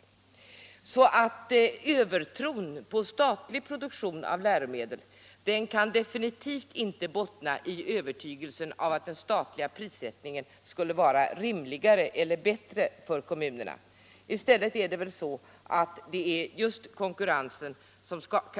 Övertron 7 april 1976 på statlig produktion av läromedel kan således definitivt inte bottna i övertygelsen om att den statliga prissättningen skulle vara rimligare eller Anslag till det bättre för kommunerna. I stället är det väl ofta så att det just är kon = obligatoriska kurrensen